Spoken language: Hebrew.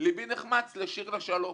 לבי נחמץ לשיר לשלום